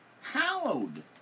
hallowed